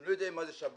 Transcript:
לא יודעים מה זה שב"כ.